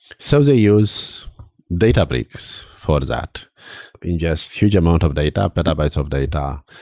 so they use databricks for that and just huge amount of data, petabytes of data.